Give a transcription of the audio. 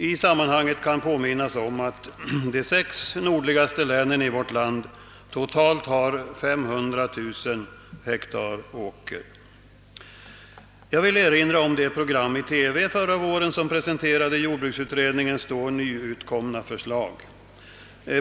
I sammanhanget kan jag påminna om att de sex nordligaste länen i vårt land har totalt 500 000 hektar åker. Jag vill också erinra om det TV-program förra våren som presenterade jordbruksutredningens då nyutkomna förslag.